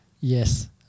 Yes